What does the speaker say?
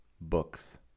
books